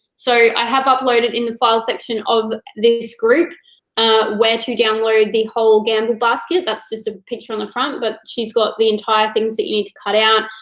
so i have uploaded in the files section of this group where to download the whole gamble basket. that's just a picture on the front, but she's got the entire things that you need to cut out,